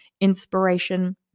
inspiration